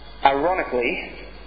Ironically